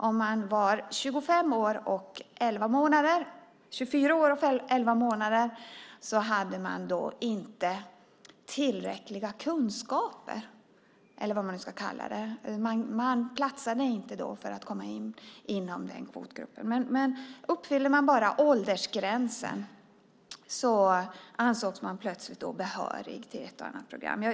Om man var 24 år och 11 månader hade man inte tillräckliga kunskaper, eller vad man nu ska kalla det. Man platsade inte för att komma in i den kvotgruppen. Uppfyllde man bara åldersgränsen ansågs man plötsligt behörig till ett och annat program.